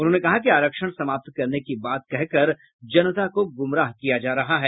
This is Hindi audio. उन्होंने कहा कि आरक्षण समाप्त करने की बात कह कर जनता को गुमराह किया जा रहा है